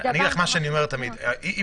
אני אגיד לך מה שאני אומר תמיד: אם